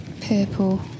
purple